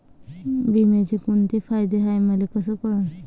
बिम्याचे कुंते फायदे हाय मले कस कळन?